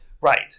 Right